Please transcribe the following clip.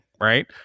right